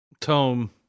Tome